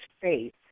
faith